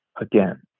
again